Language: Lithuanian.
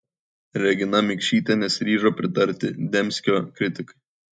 regina mikšytė nesiryžo pritarti dembskio kritikai